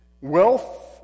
wealth